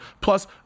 plus